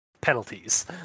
penalties